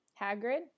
Hagrid